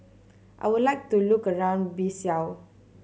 I would like to have a look around Bissau